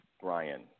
Brian